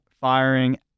firing